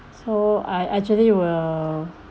so I actually will